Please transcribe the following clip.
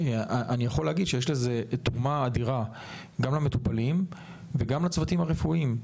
אני יכול להגיד שיש לזה תרומה אדירה גם למטופלים וגם לצוותים הרפואיים.